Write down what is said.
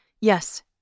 Yes